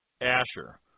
Asher